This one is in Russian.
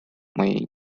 моей